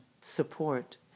support